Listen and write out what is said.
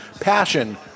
Passion